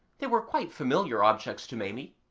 they were quite familiar objects to maimie,